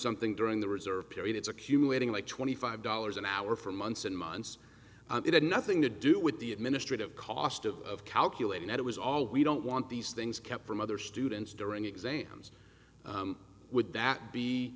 something during the reserve periods accumulating like twenty five dollars an hour for months and months it had nothing to do with the administrative cost of calculating that it was all we don't want these things kept from other students during exams would that be